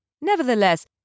Nevertheless